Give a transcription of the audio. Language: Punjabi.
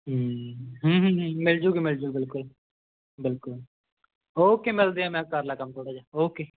ਹਮ ਹਮ ਹਮ ਹਮ ਮਿਲ ਜੂਗੀ ਮਿਲ ਜੂ ਬਿਲਕੁਲ ਬਿਲਕੁਲ ਓਕੇ ਮਿਲਦੇ ਹਾਂ ਮੈਂ ਕਰ ਲਾਂ ਕੰਮ ਥੋੜ੍ਹਾ ਜਿਹਾ ਓਕੇ